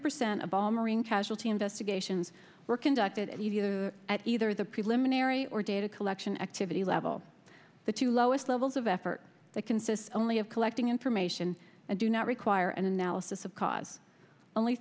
percent of all marine casualty investigations were conducted either at either the preliminary or data collection activity level the two lowest levels of effort that consists only of collecting information and do not require an analysis of cause only